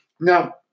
Now